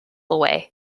away